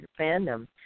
fandom